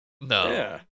No